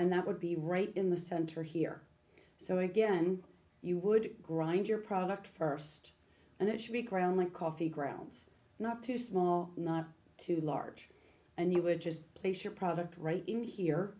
and that would be right in the center here so again you would grind your product first and it should be ground like coffee grounds not too small not too large and you would just place your product right in here